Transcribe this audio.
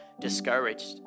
discouraged